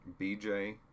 BJ